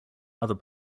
other